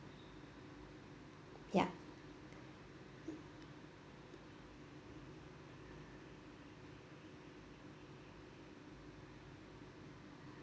yup